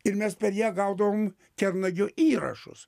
ir mes per ją gaudavom kernagio įrašus